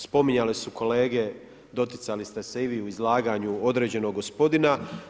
Spominjale su kolege, doticali ste se i vi u izlaganju određenog gospodina.